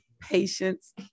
patience